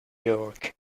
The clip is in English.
york